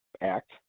act